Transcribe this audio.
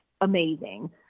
Amazing